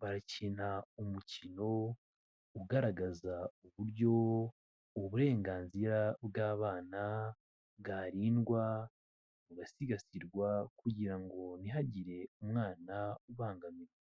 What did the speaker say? barakina umukino ugaragaza uburyo uburenganzira bw'abana bwarindwa, bugasigasirwa, kugira ngo ntihagire umwana ubangamirwa.